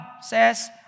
says